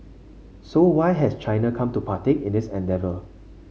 so why has China come to partake in this endeavour